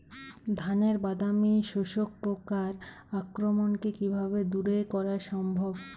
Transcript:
ধানের বাদামি শোষক পোকার আক্রমণকে কিভাবে দূরে করা সম্ভব?